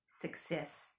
success